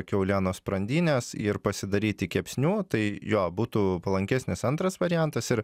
kiaulienos sprandinės ir pasidaryti kepsnių tai jo būtų palankesnis antras variantas ir